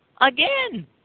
again